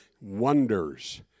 wonders